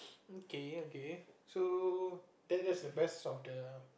okay okay so that that's the best of the